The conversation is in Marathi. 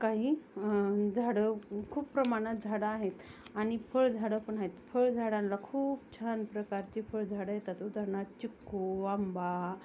काही झाडं खूप प्रमाणात झाडं आहेत आणि फळ झाडं पण आहेत फळझाडांना खूप छान प्रकारचे फळझाडं येतात उदाहरणार्थ चिक्कू आंबा